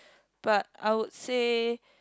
but I would say